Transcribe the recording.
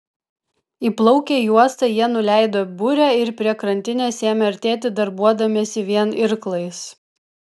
įplaukę į uostą jie nuleido burę ir prie krantinės ėmė artėti darbuodamiesi vien irklais